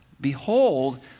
behold